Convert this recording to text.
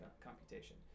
computation